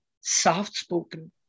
soft-spoken